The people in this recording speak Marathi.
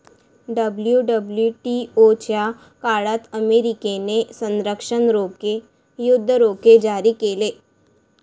डब्ल्यू.डब्ल्यू.टी.ओ च्या काळात अमेरिकेने संरक्षण रोखे, युद्ध रोखे जारी केले